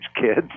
kids